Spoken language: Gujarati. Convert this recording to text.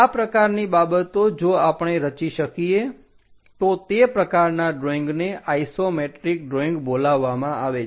આ પ્રકારની બાબતો જો આપણે રચી શકીએ તો તે પ્રકારના ડ્રોઈંગને આઇસોમેટ્રિક ડ્રોઈંગ બોલાવવામાં આવે છે